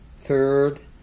third